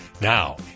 Now